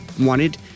wanted